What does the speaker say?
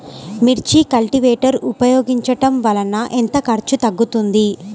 మిర్చి కల్టీవేటర్ ఉపయోగించటం వలన ఎంత ఖర్చు తగ్గుతుంది?